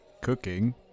cooking